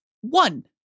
one